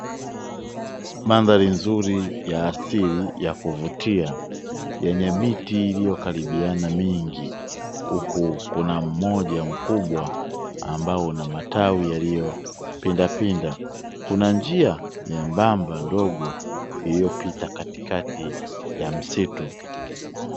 Mandhari nzuri ya asili ya kuvutia, yenye miti iliyokaribiana mingi, huku kuna mmoja mkubwa ambao una matawi yaliyo pindapinda. Kuna njia nyembamba ndogo iliyopita katikati ya msitu.